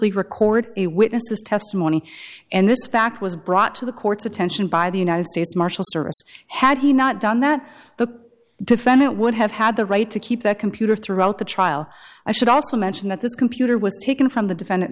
league record a witness's testimony and this fact was brought to the court's attention by the united states marshal service had he not done that the defendant would have had the right to keep that computer throughout the trial i should also mention that this computer was taken from the defendant